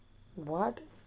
what